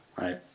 right